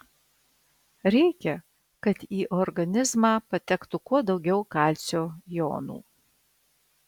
reikia kad į organizmą patektų kuo daugiau kalcio jonų